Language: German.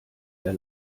der